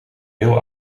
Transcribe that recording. heel